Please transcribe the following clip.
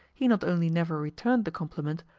he not only never returned the compliment,